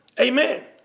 Amen